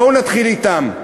בואו נתחיל אתם.